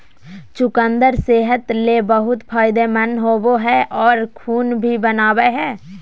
चुकंदर सेहत ले बहुत फायदेमंद होवो हय आर खून भी बनावय हय